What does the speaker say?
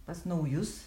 pas naujus